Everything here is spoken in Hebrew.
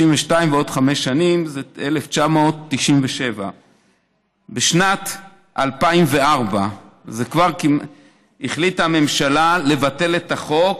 1992 ועוד חמש שנים זה 1997. בשנת 2004 החליטה הממשלה לבטל את החוק,